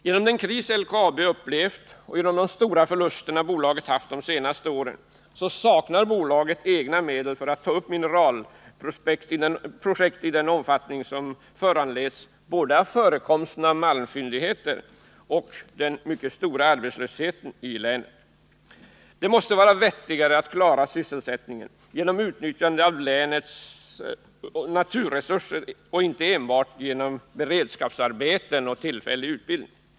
Genom den kris LKAB upplevt och genom de stora förluster bolaget haft de senaste åren saknar bolaget egna medel för att ta upp mineralprojekt i den omfattning som föranleds både av förekomsten av malmfyndigheter och av den mycket stora arbetslösheten i länet. Det måste vara vettigare att klara sysselsättningen genom utnyttjande av länets naturresurser än enbart genom beredskapsarbeten och tillfällig utbildning.